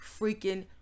freaking